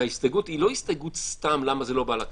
וההסתייגות היא לא הסתייגות סתם למה זה לא בא לכנסת.